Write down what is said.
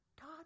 God